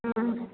ம்